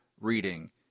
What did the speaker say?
reading